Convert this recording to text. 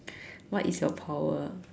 what is your power